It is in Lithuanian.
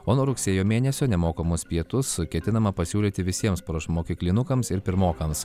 o nuo rugsėjo mėnesio nemokamus pietus ketinama pasiūlyti visiems priešmokyklinukams ir pirmokams